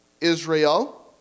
Israel